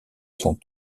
son